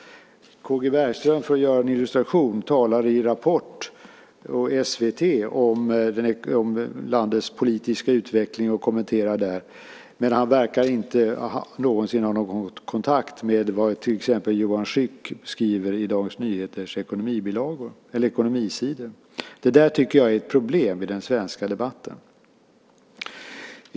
Som en illustration talar K.-G. Bergström i Rapport i SVT om landets politiska utveckling och kommenterar där, men han verkar inte någonsin ha någon kontakt med vad till exempel Johan Schück skriver på Dagens Nyheters ekonomisidor. Det där tycker jag är ett problem i den svenska debatten.